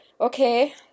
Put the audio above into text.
okay